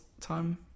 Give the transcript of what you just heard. time